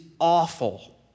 awful